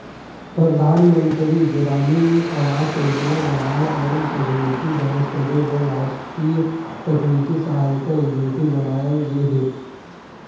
परधानमंतरी गरामीन आवास योजना बनाए अउ तकनीकी जांच करे बर रास्टीय तकनीकी सहायता एजेंसी बनाये गे हे